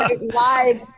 live